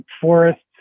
forests